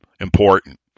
important